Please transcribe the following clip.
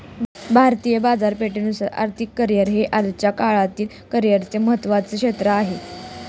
भारतीय बाजारपेठेनुसार आर्थिक करिअर हे आजच्या काळातील करिअरचे महत्त्वाचे क्षेत्र आहे